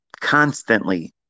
constantly